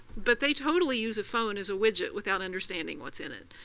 but they totally use a phone as a widget without understanding what's in it,